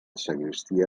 sagristia